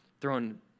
throwing